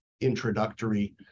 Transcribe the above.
introductory